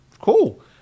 Cool